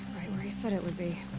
where he said it would be.